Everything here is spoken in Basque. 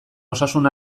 osasun